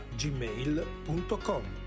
gmail.com